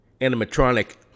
animatronic